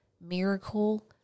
miracle